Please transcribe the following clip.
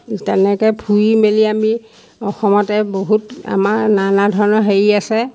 তেনেকৈ ফুৰি মেলি আমি অসমতে বহুত আমাৰ নানা ধৰণৰ হেৰি আছে